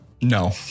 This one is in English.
No